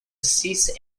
cease